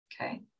okay